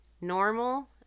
normal